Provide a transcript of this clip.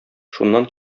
шуннан